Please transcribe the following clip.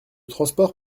transport